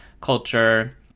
culture